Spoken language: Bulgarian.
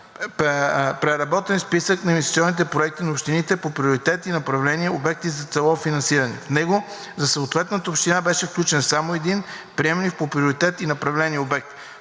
преработен Списък на инвестиционни проекти на общините по приоритети и направления/обекти за целево финансиране, в който за съответната община беше включен само един приемлив по приоритетност и направление обект.